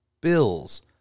Bills